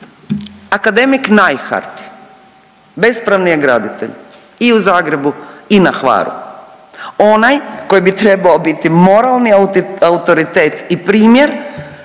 akademik Najhart bespravni je graditelj i u Zagrebu i na Hvaru, onaj koji bi trebao biti moralni autoritet i primjer